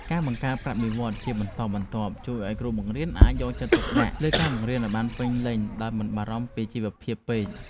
ការបង្កើនប្រាក់បៀវត្សជាបន្តបន្ទាប់ជួយឱ្យគ្រូបង្រៀនអាចយកចិត្តទុកដាក់លើការបង្រៀនបានពេញលេញដោយមិនបារម្ភពីជីវភាពពេក។